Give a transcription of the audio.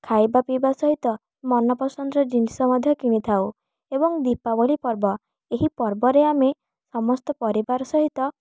ଖାଇବା ପିଇବା ସହିତ ମନ ପସନ୍ଦର ଜିନିଷ ମଧ୍ୟ କିଣିଥାଉ ଏବଂ ଦୀପାବଳି ପର୍ବ ଏହି ପର୍ବରେ ଆମେ ସମସ୍ତ ପରିବାର ସହିତ